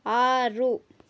ಆರು